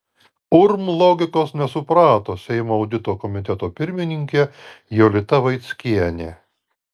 urm logikos nesuprato seimo audito komiteto pirmininkė jolita vaickienė